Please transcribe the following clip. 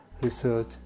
research